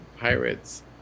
pirates